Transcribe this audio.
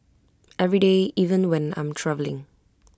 every day even when I'm travelling